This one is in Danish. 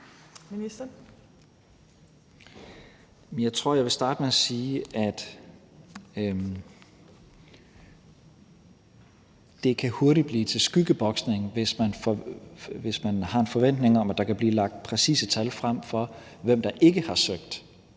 Jeg tror, at jeg vil starte med at sige, at det hurtigt kan blive til skyggeboksning, hvis man har en forventning om, at der kan blive lagt præcise tal frem for, hvem der ikke har søgt